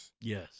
Yes